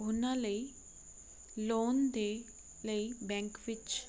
ਉਹਨਾਂ ਲਈ ਲੋਨ ਦੇ ਲਈ ਬੈਂਕ ਵਿੱਚ